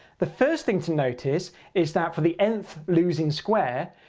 the first thing to notice is that for the nth losing square,